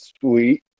sweet